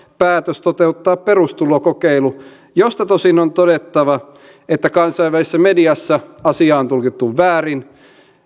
päätös toteuttaa perustulokokeilu josta tosin on todettava että kansainvälisessä mediassa asia on tulkittu väärin